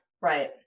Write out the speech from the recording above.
right